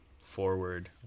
forward